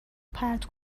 پرت